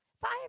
Five